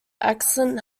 excellent